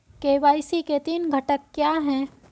KYC के तीन घटक क्या हैं?